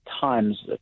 times